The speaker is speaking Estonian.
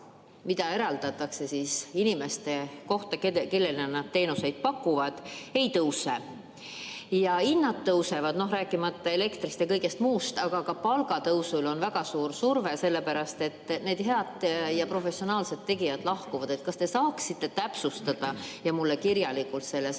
mida eraldatakse inimeste kohta, kellele nad teenuseid pakuvad, ei tõuse. Aga hinnad tõusevad, rääkimata elektrist ja kõigest muust. Ning ka palgatõusul on väga suur surve, sellepärast et need head ja professionaalsed tegijad lahkuvad. Kas te saaksite täpsustada ja mulle kirjalikult selle saata,